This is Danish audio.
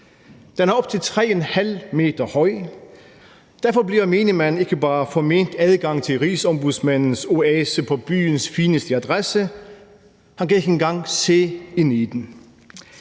Den er op til 3½ meter høj. Derfor bliver menigmand ikke bare forment adgang til Rigsombudsmandens oase på byens fineste adresse; han kan ikke engang se ind i den.